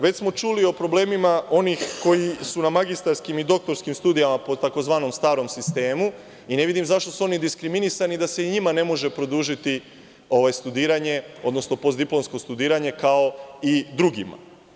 Već smo čuli o problemima onih koji su na magistarskim i doktorskim studijama po tzv. starom sistemu i ne vidim zašto su oni diskriminisani da se i njima ne može produžiti studiranje, odnosno postdiplomsko studiranje kao i drugima?